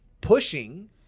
pushing